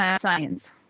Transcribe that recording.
Science